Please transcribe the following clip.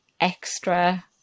extra